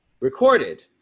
Recorded